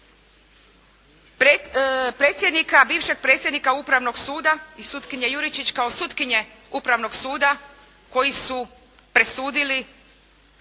bivšeg predsjednika upravnog suda i sutkinje Juričić kao sutkinje upravnog suda koji su presudili